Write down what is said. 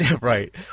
right